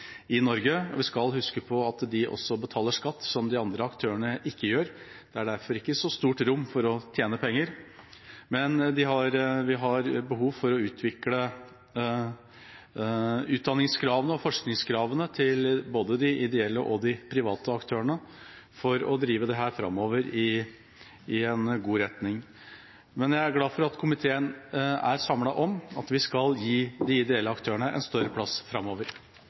Norge. Vi skal huske på at de også betaler skatt som de andre aktørene ikke betaler. Det er derfor ikke så stort rom for å tjene penger, men vi har behov for å utvikle utdanningskravene og forskningskravene til både de ideelle og de private aktørene for å drive dette framover i en god retning. Men jeg er glad for at komiteen er samlet om at vi skal gi de ideelle aktørene en større plass framover.